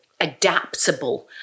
adaptable